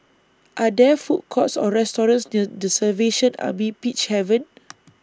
Are There Food Courts Or restaurants near The Salvation Army Peacehaven